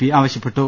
P ആവശ്യപ്പെട്ടു